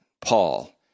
Paul